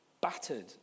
battered